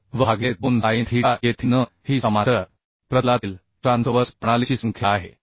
तर V भागिले 2 sin theta येथे n ही समांतर प्रतलातील ट्रान्सवर्स प्रणालीची संख्या आहे